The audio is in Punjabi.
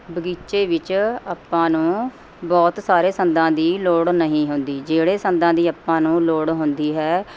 ਬਗੀਚੇ ਵਿੱਚ ਆਪਾਂ ਨੂੰ ਬਹੁਤ ਸਾਰੇ ਸੰਦਾਂ ਦੀ ਲੋੜ ਨਹੀਂ ਹੁੰਦੀ ਜਿਹੜੇ ਸੰਦਾਂ ਦੀ ਆਪਾਂ ਨੂੰ ਲੋੜ ਹੁੰਦੀ ਹੈ